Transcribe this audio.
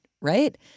right